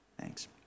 Thanks